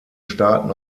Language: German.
staaten